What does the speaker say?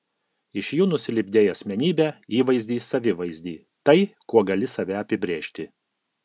iš jų nusilipdei asmenybę įvaizdį savivaizdį tai kuo gali save apibrėžti